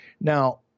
Now